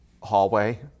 hallway